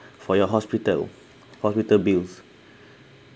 for your hospital hospital bills